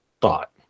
thought